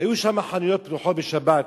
היו חנויות פתוחות בשבת.